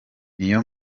niyo